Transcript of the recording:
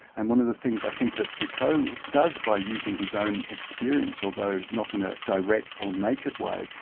and one of the things i think that foucault does by using his own experience, although not in a direct or naked way,